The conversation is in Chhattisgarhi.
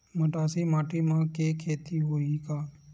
मटासी माटी म के खेती होही का?